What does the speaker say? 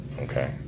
okay